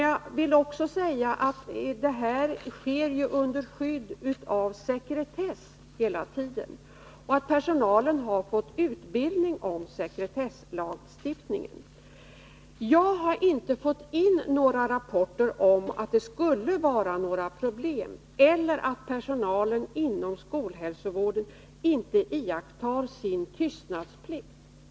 Jag vill framhålla att förfarandet hela tiden sker under sekretess. Personalen har fått utbildning om sekretesslagstiftningen. Jag har inte fått in några rapporter om att det skulle vara några problem eller att personalen inom skolhälsovården inte iakttar sin tystnadsplikt.